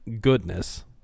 goodness